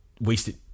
wasted